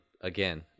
again